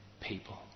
people